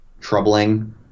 troubling